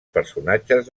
personatges